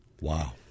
Wow